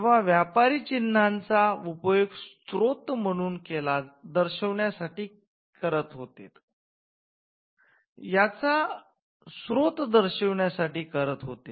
जेव्हा व्यापारी चिन्हाचा उपयोग स्त्रोत दर्शविण्यासाठी करत होते